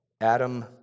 Adam